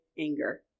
anger